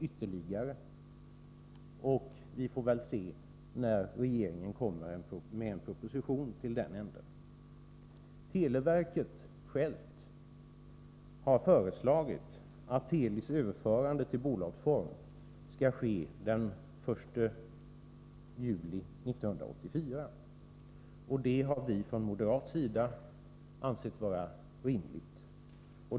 Vi får väl se när regeringen lägger fram en proposition. Televerket självt har föreslagit att Telis överförande till bolagsform skall ske den 1 juli 1984. Det har vi från moderat sida ansett vara rimligt.